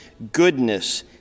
goodness